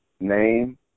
name